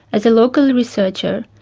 as a local researcher,